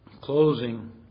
closing